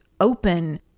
open